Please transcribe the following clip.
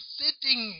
sitting